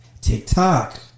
TikTok